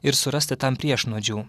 ir surasti tam priešnuodžių